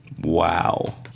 Wow